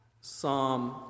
Psalm